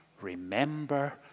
Remember